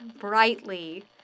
brightly